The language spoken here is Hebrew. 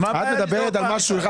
את מדברת על משהו אחר,